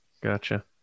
gotcha